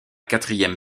quatrième